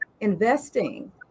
investing